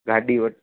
गाॾी वठ